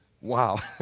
wow